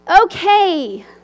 Okay